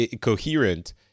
coherent